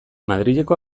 madrileko